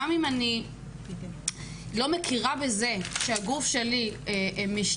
שגם אם אני לא מכירה בזה שהגוף שלי משתנה,